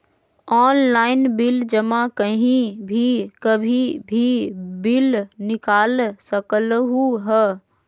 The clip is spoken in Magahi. ऑनलाइन बिल जमा कहीं भी कभी भी बिल निकाल सकलहु ह?